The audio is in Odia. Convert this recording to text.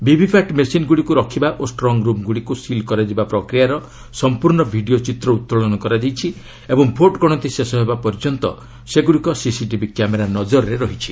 ଭିଭିପାଟ୍ ମେସିନ୍ଗୁଡ଼ିକୁ ରଖିବା ଓ ଷ୍ଟ୍ରୁମ୍ଗୁଡ଼ିକୁ ସିଲ୍ କରାଯିବା ପ୍ରକ୍ରିୟାର ସମ୍ପର୍ଶ୍ଣ ଭିଡ଼ିଓ ଚିତ୍ର ଉତ୍ତୋଳନ କରାଯାଇଛି ଓ ଭୋଟ୍ ଗଣତି ଶେଷ ହେବା ପର୍ଯ୍ୟନ୍ତ ସେଗୁଡ଼ିକ ସିସିଟିଭି କ୍ୟାମେରା ନଜରରେ ରହିଛି